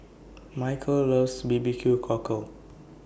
Michel loves B B Q Cockle